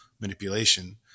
manipulation